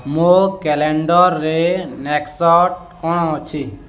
ମୋ କ୍ୟାଲେଣ୍ଡର୍ରେ ନେକ୍ସଟ୍ କ'ଣ ଅଛି